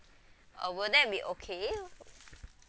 uh will that be okay